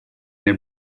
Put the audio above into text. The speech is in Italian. nel